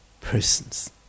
persons